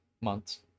months